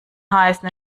heißen